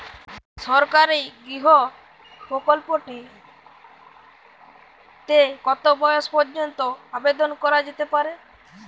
সরকারি গৃহ প্রকল্পটি তে কত বয়স পর্যন্ত আবেদন করা যেতে পারে?